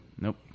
Nope